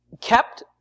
kept